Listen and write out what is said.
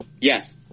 Yes